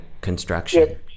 construction